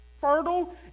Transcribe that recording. fertile